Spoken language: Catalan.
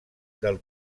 del